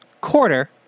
Quarter